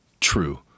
true